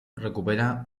recupera